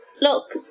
look